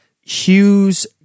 Hughes